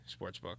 sportsbook